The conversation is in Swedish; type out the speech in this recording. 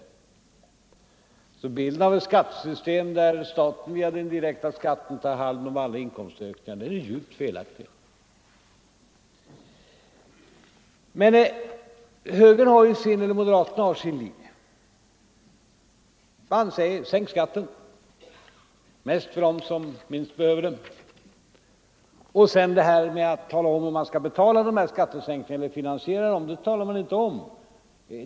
Bilden av ett skattesystem där staten via den direkta skatten tar hand om alla inkomstökningar är djupt felaktig. Men moderaterna har sin linje. Man säger: Sänk skatten — mest för dem som minst behöver det! Hur man sedan skall finansiera dessa skattesänkningar talar man inte om.